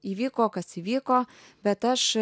įvyko kas įvyko bet aš